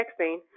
texting